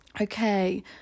Okay